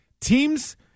teams